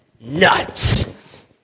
Nuts